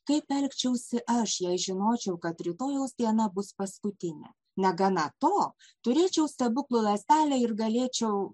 kaip elgčiausi aš jei žinočiau kad rytojaus diena bus paskutinė negana to turėčiau stebuklų lazdelę ir galėčiau